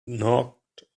knocked